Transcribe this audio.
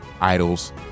idols